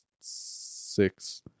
Six